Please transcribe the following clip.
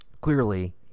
Clearly